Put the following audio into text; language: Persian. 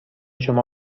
شما